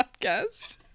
podcast